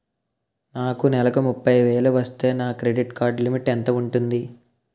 నాకు నెలకు ముప్పై వేలు వస్తే నా క్రెడిట్ కార్డ్ లిమిట్ ఎంత ఉంటాది?